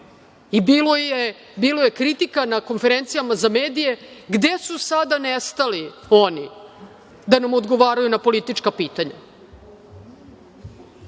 Bilo je kritika na konferencijama za medije - gde su sada nestali oni da nam odgovaraju na politička pitanja?I